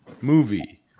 movie